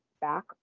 back